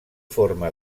forma